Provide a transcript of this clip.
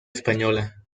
española